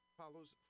follows